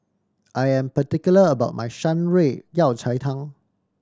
I am particular about my Shan Rui Yao Cai Tang